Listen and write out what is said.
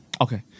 Okay